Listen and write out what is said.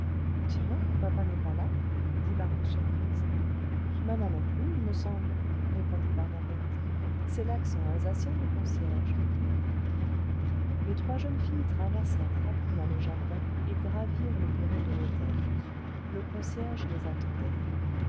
tiens papa n'est pas là dit barbe surprise maman non plus il me semble répondit barnabette c'est l'accent alsacien du concierge les trois jeunes filles traversèrent rapidement le jardin et gravirent le perron de l'hôtel le concierge les attendait